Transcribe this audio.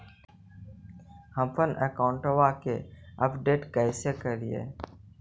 हमपन अकाउंट वा के अपडेट कैसै करिअई?